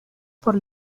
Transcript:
por